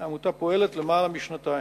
העמותה פועלת למעלה משנתיים,